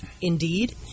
Indeed